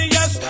Yes